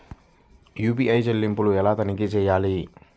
UPI చెల్లింపులు ఎలా తనిఖీ చేయాలి?